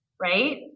right